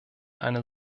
eine